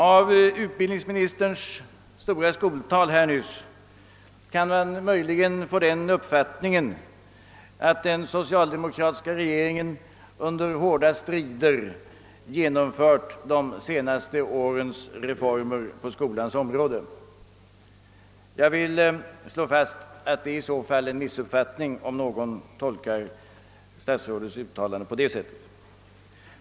Av utbildningsministerns stora skoltal nyss kan man möjligen få den uppfattningen att den socialdemokratiska regeringen under hårda strider genomfört de senaste årens reformer på skolans område. Jag vill slå fast att det är en missuppfattning om någon tolkar statsrådets uttalande på det sättet.